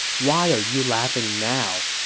why are you laughing now?